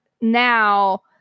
now